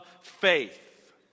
faith